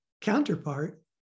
counterpart